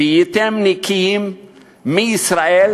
"והייתם נקיים מישראל",